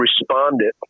responded